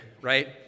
right